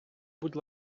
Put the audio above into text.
будь